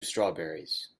strawberries